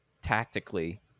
tactically